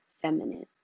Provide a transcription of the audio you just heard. feminine